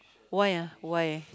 why ah why